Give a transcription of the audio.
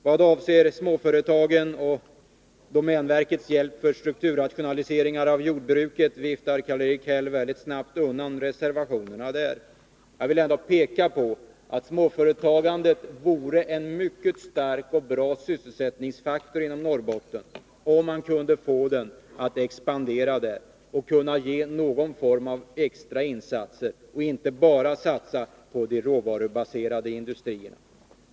Beträffande småföretagen och domänverkets hjälp till strukturrationaliseringen av jordbruket viftar Karl-Erik Häll väldigt snabbt undan reservationerna i den frågan. Jag vill ändå peka på att småföretagandet kan vara en mycket stark och bra sysselsättningsfaktor inom Norrbotten, om man kunde få det att expandera där genom någon form av extra insatser, så att man inte bara satsar på de råvarubaserade industrierna.